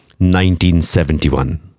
1971